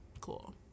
Cool